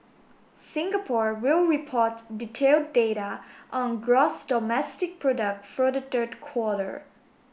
Singapore will report detailed data on gross domestic product for the third quarter